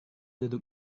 duduk